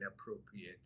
appropriate